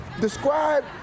Describe